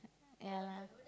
ya lah